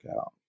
out